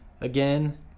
again